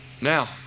Now